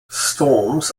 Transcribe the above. storms